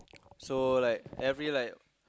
so like every like